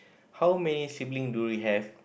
how many sibling do you have